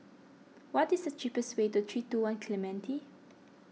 what is the cheapest way to three two one Clementi